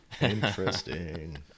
Interesting